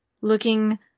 looking